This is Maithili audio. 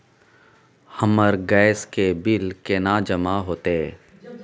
हमर गैस के बिल केना जमा होते?